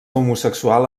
homosexual